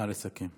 נא לסכם.